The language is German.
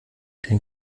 den